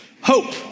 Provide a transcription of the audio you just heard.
Hope